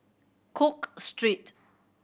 Cook Street